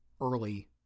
early